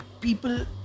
people